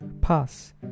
pass